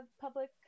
public